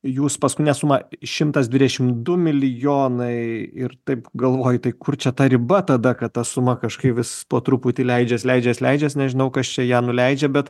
jūs paskutinė suma šimtas dvidešimt du milijonai ir taip galvoji tai kur čia ta riba tada kad ta suma kažkaip vis po truputį leidžias leidžias leidžias nežinau kas čia ją nuleidžia bet